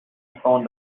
fond